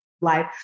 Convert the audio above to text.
life